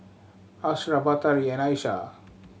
Ashraff Batari and Aishah